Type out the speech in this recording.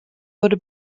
wurde